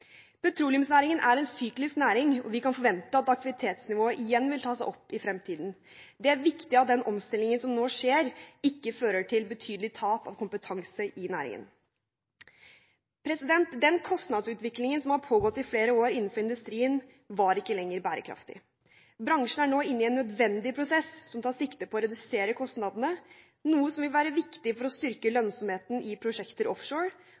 Petroleumsnæringen er en syklisk næring, og vi kan forvente at aktivitetsnivået igjen vil ta seg opp i fremtiden. Det er viktig at den omstillingen som nå skjer, ikke fører til betydelig tap av kompetanse i næringen. Den kostnadsutviklingen som har pågått i flere år innenfor industrien, er ikke lenger bærekraftig. Bransjen er nå inne i en nødvendig prosess som tar sikte på å redusere kostnadene, noe som vil være viktig for å styrke lønnsomheten i prosjekter offshore